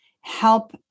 help